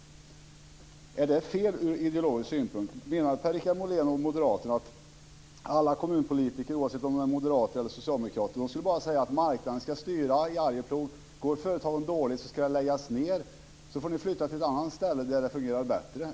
Är det fel ur ideologisk synpunkt? Menar Per-Richard Molén och moderaterna att alla kommunpolitiker, oavsett om de är moderater eller socialdemokrater, bara ska säga att marknaden ska styra i Arjeplog? Går företagen dåligt ska de läggas ned. Ni får flytta till ett annat ställe där det fungerar bättre.